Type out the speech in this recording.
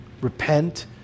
repent